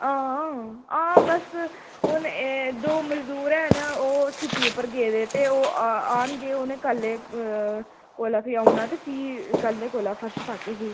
हां हां बस हून एह् दो मजदूर हैन ओह् छुट्टी उप्पर गेदे ते ओह् आह्न गे उ'नें कल्लै कोला फ्ही औना ते कल्लै कोला फर्श पाह्गे फ्ही